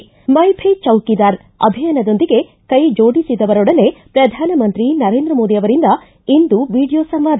ಿ ಮೈ ಭೀ ಚೌಕೀದಾರ್ ಅಭಿಯಾನದೊಂದಿಗೆ ಕೈ ಜೋಡಿಸಿದವರೊಡನೆ ಪ್ರಧಾನಮಂತ್ರಿ ನರೇಂದ್ರ ಮೋದಿ ಅವರಿಂದ ಇಂದು ವೀಡಿಯೋ ಸಂವಾದ